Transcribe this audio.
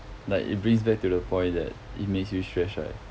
like it brings back to the point that it makes you stress right